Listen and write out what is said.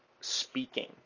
speaking